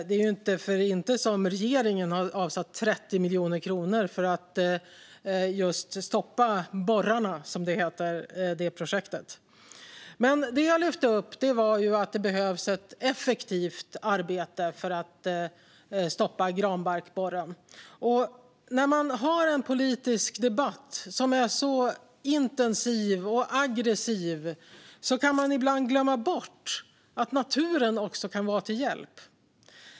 Det är inte för inte som regeringen har avsatt 30 miljoner kronor för att stoppa borrarna i projektet Granbarkborreprojektet - s toppa borrarna . Det jag lyfte upp är att det behövs ett effektivt arbete för att stoppa granbarkborren. När man har en politisk debatt som är så här intensiv och aggressiv kan man ibland glömma bort att naturen också kan vara till hjälp.